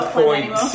point